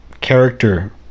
character